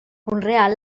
conrear